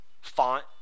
font